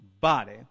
body